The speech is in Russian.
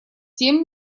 тем